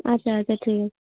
আচ্ছা আচ্ছা ঠিক আছে